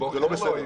זה לא בסדר.